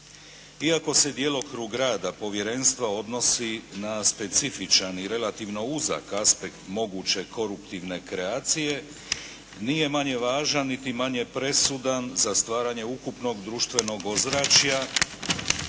Iako se djelokrug rada povjerenstva odnosi na specifičan i relativno uzak aspekt moguće koruptivne kreacije, nije manje važan niti manje presudan za stvaranje ukupnog društvenog ozračja